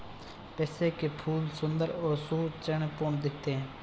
pansy के फूल सुंदर और सुरुचिपूर्ण दिखते हैं